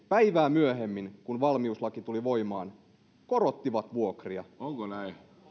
päivää myöhemmin kun valmiuslaki tuli voimaan korotti vuokria he